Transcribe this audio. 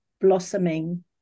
blossoming